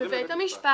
חוזרים לבית משפט.